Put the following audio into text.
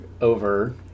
over